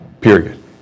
Period